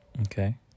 Okay